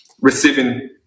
receiving